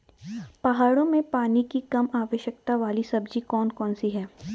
पहाड़ों में पानी की कम आवश्यकता वाली सब्जी कौन कौन सी हैं?